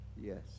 yes